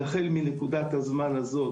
החל מנקודת הזמן הזאת,